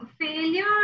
failure